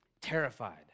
terrified